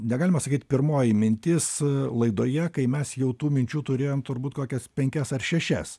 negalima sakyt pirmoji mintis laidoje kai mes jau tų minčių turėjom turbūt kokias penkias ar šešias